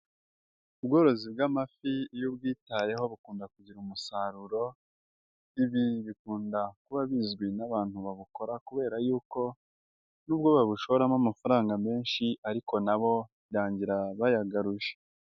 Ubworozi bw'amafi iyo ubwitayeho bukunda kugira umusaruro, ibi bikunda kuba bizwi n'abantu babukora kubera yuko, nubwo babushoramo amafaranga menshi ariko nabo birangira bayayagaruje.